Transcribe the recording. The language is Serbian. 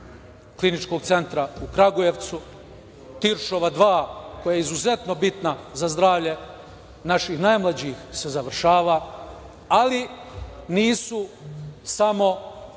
Kliničkog centra u Kragujevcu, Tiršova dva koja je izuzetno bitna za zdravlje naših najmlađih se završava, ali nisu samo